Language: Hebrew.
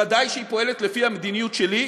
ודאי שהיא פועלת לפי המדיניות שלי,